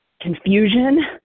confusion